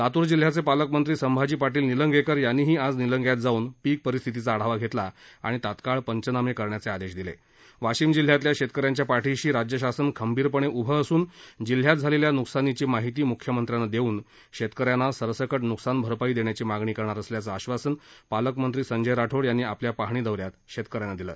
लातूर जिल्ह्याचे पालकमधी सक्षाजी पाटील निल्याक्वर याद्वीही आज निल्यायात जावून पीक परिस्थितीचा आढावा घप्रला आणि तात्काळ पव्वनाम करण्याच आदश दिल वाशिम जिल्ह्यातल्या शवकऱ्याघ्ट्या पाठीशी राज्य शासन खबीरपण उभं असून जिल्ह्यात झालेक्या न्कसानीची माहिती मुख्यमध्याव्वा दव्न शव्वकर्याव्वा सरसकट न्कसान भरपाई दप्टयाची मागणी करणार असल्याच आश्वासन पालकमधी सज्जय राठोड याद्वी आपल्या पाहणी दौऱ्यात शप्रकर्याप्रा दिलं